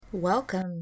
Welcome